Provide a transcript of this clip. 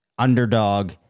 underdog